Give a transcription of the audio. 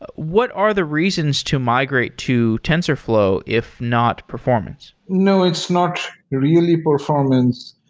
what are the reasons to migrate to tensorflow if not performance? no, it's not really performance.